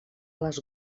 les